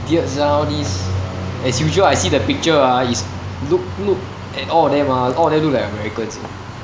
weird sia all these as usual I see the picture ah is look look at all of them ah all of them look like americans eh